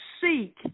seek